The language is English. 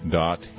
dot